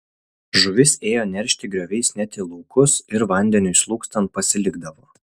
žuvis ėjo neršti grioviais net į laukus ir vandeniui slūgstant pasilikdavo